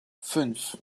fünf